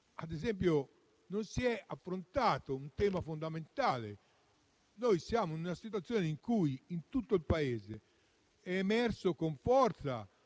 Ad esempio, non si è affrontato un tema fondamentale. Noi siamo in una situazione in cui in tutto il Paese è emersa con forza,